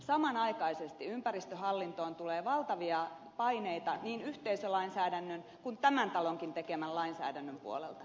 samanaikaisesti ympäristöhallintoon tulee valtavia paineita niin yhteisölainsäädännön kuin tämän talonkin tekemän lainsäädännön puolelta